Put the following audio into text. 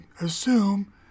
assume